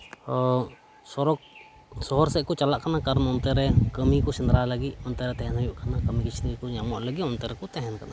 ᱥᱚᱦᱚᱨ ᱥᱮᱫ ᱠᱚ ᱪᱟᱞᱟᱜ ᱠᱟᱱᱟ ᱛᱟᱨ ᱢᱟᱱᱮ ᱚᱱᱛᱮ ᱨᱮ ᱠᱟᱹᱢᱤ ᱠᱚ ᱥᱮᱸᱫᱽᱨᱟ ᱞᱟᱹᱜᱤᱫ ᱚᱱᱛᱮ ᱛᱟᱸᱦᱮᱱ ᱦᱩᱭᱩᱜ ᱠᱟᱱᱟ ᱠᱟᱹᱢᱤ ᱠᱟᱹᱥᱱᱤ ᱠᱚ ᱧᱟᱢᱚᱜ ᱞᱟᱜᱤᱫ ᱚᱱᱛᱮ ᱨᱮᱠᱚ ᱛᱟᱦᱮᱱ ᱠᱟᱱᱟ